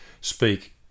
speak